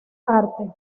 arte